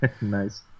Nice